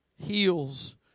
heals